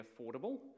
affordable